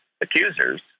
accusers